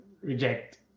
reject